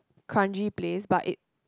kranji place but it